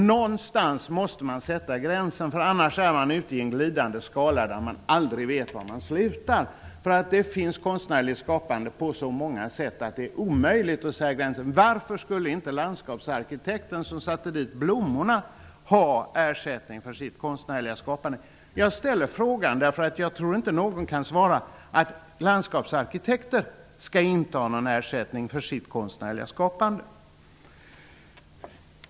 Någonstans måste man då sätta gränsen, för annars hamnar man i en glidande skala där man aldrig vet var man slutar. Det finns konstnärligt skapande på så många sätt att det är omöjligt att sätta gränsen. Varför skulle inte landskapsarkitekten som satte dit blommorna ha ersättning för sitt konstnärliga skapande? Jag ställer frågan därför att jag inte tror att någon kan svara att landskapsarkitekten inte skall ha någon ersättning för sitt konstnärliga skapande.